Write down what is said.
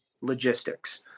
logistics